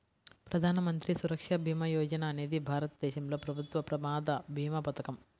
ప్రధాన మంత్రి సురక్ష భీమా యోజన అనేది భారతదేశంలో ప్రభుత్వ ప్రమాద భీమా పథకం